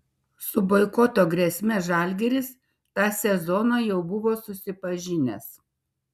su boikoto grėsme žalgiris tą sezoną jau buvo susipažinęs